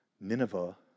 Nineveh